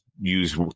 use